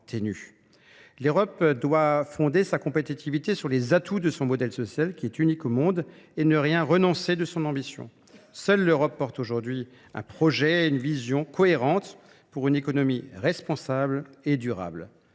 L'Europe doit fonder sa compétitivité sur les atouts de son modèle social qui est unique au monde et ne rien renoncer de son ambition. Seule l'Europe porte aujourd'hui un projet et une vision cohérentes pour une économie responsable et durable.